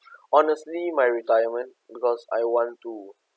honestly my retirement because I want to